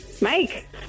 Mike